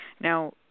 Now